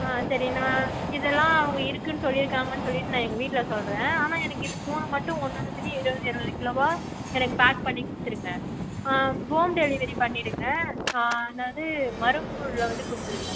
ஆ சரி நான் இதெல்லாம் அவங்க இருக்குதுனு சொல்லிருக்காங்கனு சொல்லிட்டு நான் எங்கள் வீட்டில் சொல்கிறேன் ஆனால் எனக்கு இது மூணு மட்டும் ஒன்னு ஒன்னுத்துலையும் இருபது இருபது கிலோவாக எனக்கு பேக் பண்ணி கொடுத்துருங்க ஹோம் டெலிவரி பண்ணிவிடுங்க அதாவது மருவங்கூரில் வந்து கொடுத்துருங்க